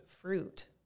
fruit